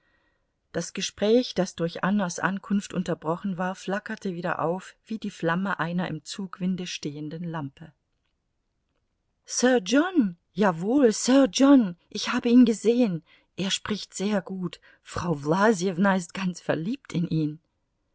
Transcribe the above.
das gespräch das durch annas ankunft unterbrochen war flackerte wieder auf wie die flamme einer im zugwinde stehenden lampe sir john jawohl sir john ich habe ihn gesehen er spricht sehr gut frau wlasjewna ist ganz verliebt in ihn